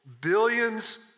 billions